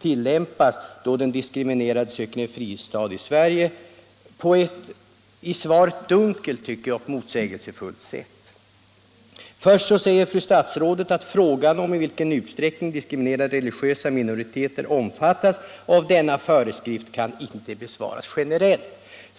tilllämpas då den diskriminerade söker en fristad i Sverige — på ett dunkelt och motsägelsefullt sätt. Först säger fru statsrådet att frågan om i vilken utsträckning diskriminerade religiösa minoriteter omfattas av denna föreskrift inte kan besvaras generellt.